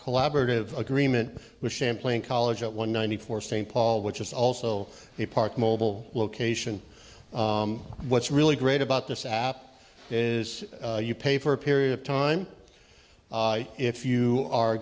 collaborative agreement with champlain college at one ninety four st paul which is also a park mobile location what's really great about this app is you pay for a period of time if you are